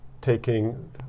taking